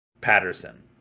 Patterson